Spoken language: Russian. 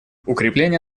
укрепление